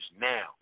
now